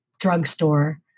drugstore